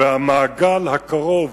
והמעגל הקרוב,